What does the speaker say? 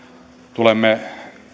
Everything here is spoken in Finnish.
tulemme